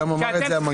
גם אמר המנכ"ל